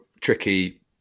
tricky